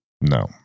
No